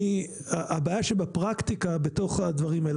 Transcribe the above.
הבעיה שבפרקטיקה בתוך הדברים האלה,